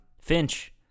Finch